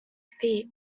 feet